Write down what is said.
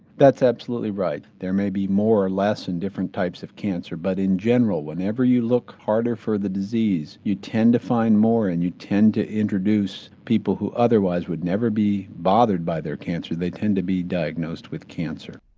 that's absolutely right. there may be more or less in different types of cancer. but in general whenever you look harder for the disease you tend to find more and you tend to introduce people who otherwise would never be bothered by their cancer, they tend to be diagnosed with cancer.